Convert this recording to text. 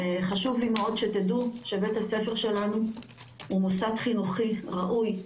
חשוב לי שתדעו שבית הספר שלנו הוא מוסד חינוכי ראוי,